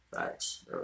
Thanks